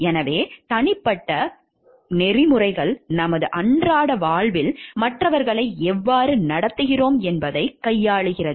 எனவே தனிப்பட்ட நெறிமுறைகள் நமது அன்றாட வாழ்வில் மற்றவர்களை எவ்வாறு நடத்துகிறோம் என்பதைக் கையாளுகிறது